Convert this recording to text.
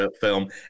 film